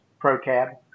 ProCab